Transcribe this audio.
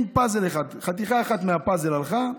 ואם חתיכה אחת מהפאזל הלכה,